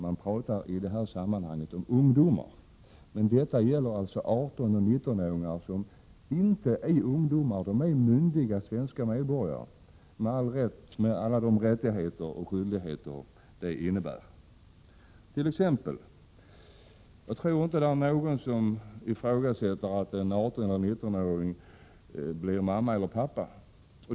Man talar i det här sammanhanget om ungdomar, men detta gäller alltså 18 och 19-åringar, som inte är ungdomar utan myndiga svenska medborgare med alla de rättigheter och skyldigheter det innebär. Jag tror inte att någon ifrågasätter att en 18 eller 19-åring blir mamma eller pappa.